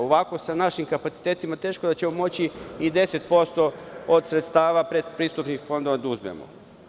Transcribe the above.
Ovako, sa našim kapacitetima, teško da ćemo moći i 10% od sredstava predpristupnih fondova da uzmemo.